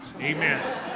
Amen